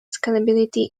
scalability